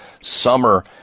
summer